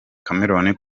cameroon